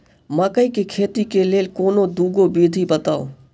मकई केँ खेती केँ लेल कोनो दुगो विधि बताऊ?